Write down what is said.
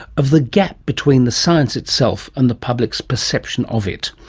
of the gap between the science itself and the public's perception of it.